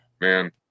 man